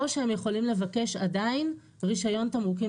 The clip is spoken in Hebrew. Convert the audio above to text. או שהם יכולים לבקש עדיין רישיון תמרוקים